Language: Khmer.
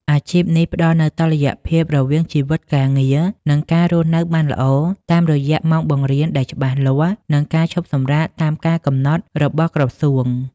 អាជីពនេះផ្តល់នូវតុល្យភាពរវាងជីវិតការងារ និងការរស់នៅបានល្អ តាមរយៈម៉ោងបង្រៀនដែលច្បាស់លាស់ និងការឈប់សម្រាកតាមការកំណត់របស់ក្រសួង។